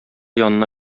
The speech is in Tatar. янына